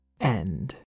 End